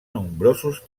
nombrosos